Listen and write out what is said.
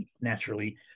naturally